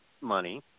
money